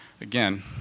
again